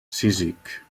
cízic